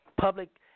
public